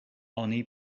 oni